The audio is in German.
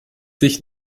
sich